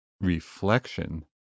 reflection